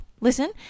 listen